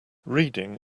reading